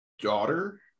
Daughter